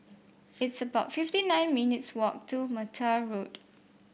it's about fifty nine minutes' walk to Mattar Road